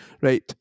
Right